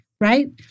right